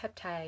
peptide